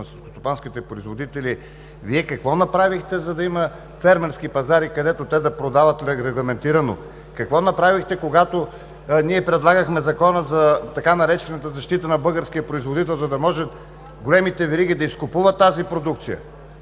селскостопанските производители, Вие какво направихте, за да има фермерски пазари, където те да продават регламентирано? Какво направихте, когато ние предлагахме така наречения Закон за защита на българския производител, за да могат големите вериги да изкупуват тази продукция?